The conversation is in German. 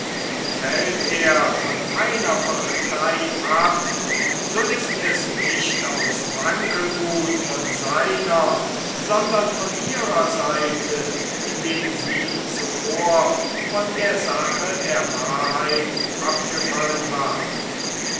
und fällt er von einer partei ab so ist es nicht aus wankelmuth von seiner sondern von ihrer seite indem sie zuvor von der sache der wahrheit abgefallen war